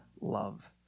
love